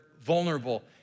vulnerable